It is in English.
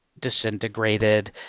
disintegrated